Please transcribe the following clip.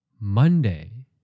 Monday